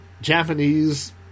Japanese